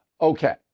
Okay